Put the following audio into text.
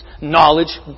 knowledge